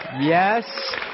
Yes